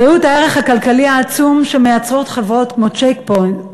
ראו את הערך הכלכלי העצום שמייצרות חברות כמו "צ'ק פוינט",